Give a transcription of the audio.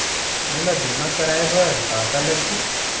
मोला बीमा कराये बर का का लगही?